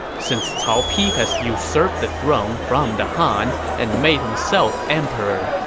since cao pi has usurped the throne from the han and made himself emperor,